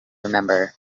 remember